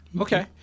Okay